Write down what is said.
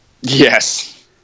Yes